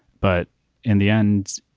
but in the end,